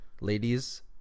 ladies